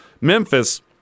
Memphis